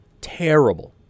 terrible